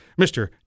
Mr